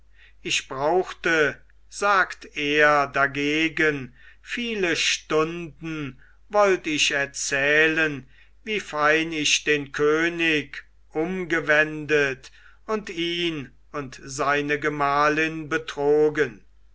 ich brauchte sagt er dagegen viele stunden wollt ich erzählen wie fein ich den könig umgewendet und ihn und seine gemahlin betrogen